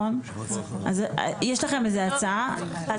יש לכם איזה הצעה?